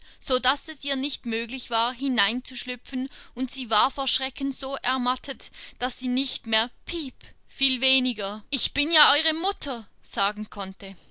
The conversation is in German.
schnäbeln sodaß es ihr nicht möglich war hineinzuschlüpfen und sie war vor schrecken so ermattet daß sie nicht mehr piep viel weniger ich bin ja eure mutter sagen konnte